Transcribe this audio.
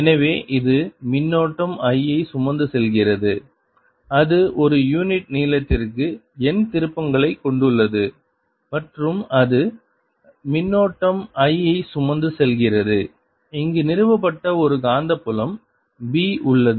எனவே இது மின்னோட்டம் I ஐச் சுமந்து செல்கிறது அது ஒரு யூனிட் நீளத்திற்கு n திருப்பங்களைக் கொண்டுள்ளது மற்றும் அது மின்னோட்டம் I ஐச் சுமந்து செல்கிறது இங்கு நிறுவப்பட்ட ஒரு காந்தப்புலம் b உள்ளது